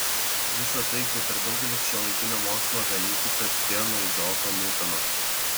visa tai kaip ir daugelis šiuolaikinio mokslo dalykų prasidėjo nuo izaoko niutono